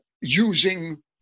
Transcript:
using